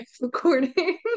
recording